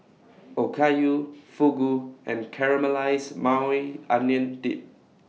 Okayu Fugu and Caramelized Maui Onion Dip